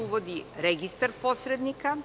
Uvodi se i registar posrednika.